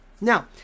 Now